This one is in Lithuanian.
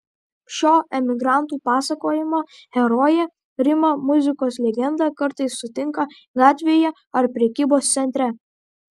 šio emigrantų pasakojimo herojė rima muzikos legendą kartais sutinka gatvėje ar prekybos centre